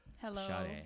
Hello